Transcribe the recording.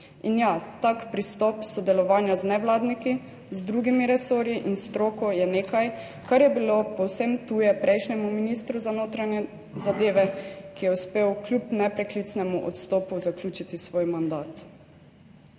in ja, tak pristop sodelovanja z »nevladniki«, z drugimi resorji in stroko je nekaj, kar je bilo povsem tuje prejšnjemu ministru za notranje zadeve, ki je uspel kljub nepreklicnemu odstopu zaključiti svoj mandat.